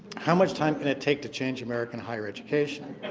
how much time can it take to change american higher education?